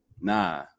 nah